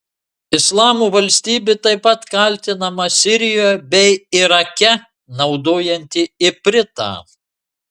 islamo valstybė taip pat kaltinama sirijoje bei irake naudojanti ipritą